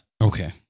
Okay